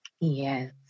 Yes